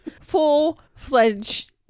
full-fledged